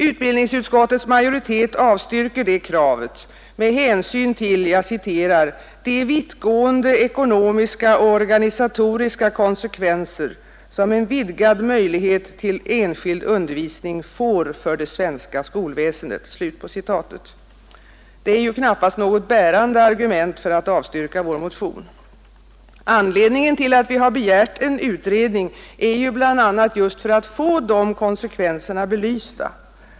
Utbildningsutskottets majoritet avstyrker det kravet med hänvisning till ”de vittgående ekonomiska och organisatoriska konsekvenser som en vidgad möjlighet till enskild undervisning får för det svenska skolväsendet”. Det är ju knappast något bärande argument för att avstyrka vår motion. Anledningen till att vi begärt en utredning är ju bl.a. just att vi skall få dessa konsekvenser belysta.